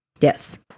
Yes